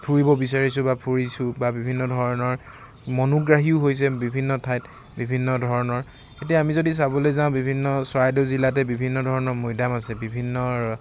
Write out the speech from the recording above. ফুৰিব বিচাৰিছোঁ বা ফুৰিছোঁ বা বিভিন্ন ধৰণৰ মনোগ্ৰাহীও হৈছে বিভিন্ন ঠাইত বিভিন্ন ধৰণৰ এতিয়া আমি যদি চাবলৈ যাওঁ বিভিন্ন চৰাইদেউ জিলাতে বিভিন্ন ধৰণৰ মৈদাম আছে বিভিন্ন